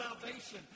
salvation